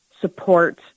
support